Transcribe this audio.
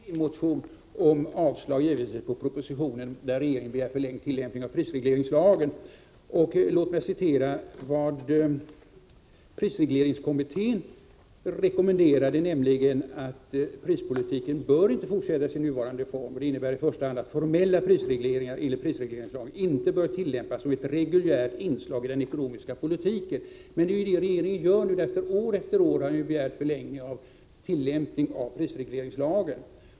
Herr talman! Vi har väckt en motion om avslag på propositionen där regeringen begär förlängd tillämpning av prisregleringslagen. Prisregleringskommittén rekommenderade ”att prispolitiken inte bör fortsätta i sin nuvarande form. Detta innebär i första hand att formella prisregleringar enligt prisregleringslagen inte bör tillämpas som ett reguljärt inslag i den ekonomiska politiken.” Men det är ju det regeringen nu gör. År efter år har ni begärt förlängning av tillämpningen av prisregleringslagen.